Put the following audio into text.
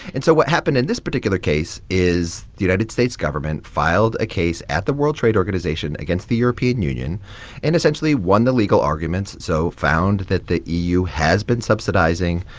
and so what happened in this particular case is the united states government filed a case at the world trade organization against the european union and, essentially, won the legal arguments so found that the eu has been subsidizing,